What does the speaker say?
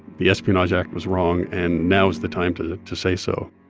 the espionage act was wrong, and now is the time to to say so